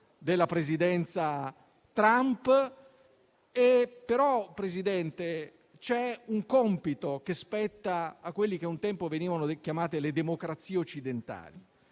della Presidenza Trump. Tuttavia, Presidente, c'è un compito che spetta a quelle che un tempo venivano chiamate le democrazie occidentali: